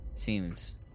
seems